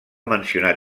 mencionar